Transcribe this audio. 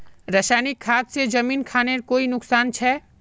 रासायनिक खाद से जमीन खानेर कोई नुकसान छे?